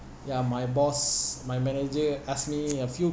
ya my boss my manager asked me a few